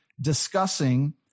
discussing